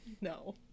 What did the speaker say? No